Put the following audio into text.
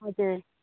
हजुर